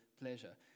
pleasure